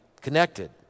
connected